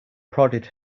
prodded